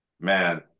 man